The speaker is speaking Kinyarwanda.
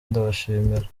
ndabashimira